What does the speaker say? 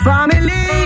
Family